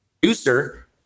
producer